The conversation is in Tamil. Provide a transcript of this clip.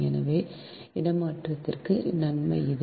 எனவே இடமாற்றத்தின் நன்மை இது